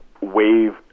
wave